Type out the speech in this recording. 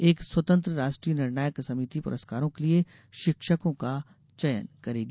एक स्वतंत्र राष्ट्रीय निर्णायक समिति पुरस्कारों के लिए शिक्षकों का चयन करेगी